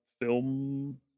film